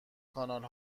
کانال